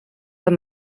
amb